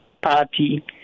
party